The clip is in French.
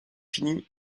fini